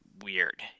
weird